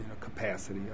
capacity